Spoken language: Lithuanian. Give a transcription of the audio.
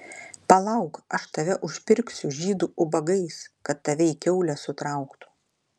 palauk aš tave užpirksiu žydų ubagais kad tave į kiaulę sutrauktų